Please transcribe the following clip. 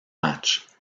matchs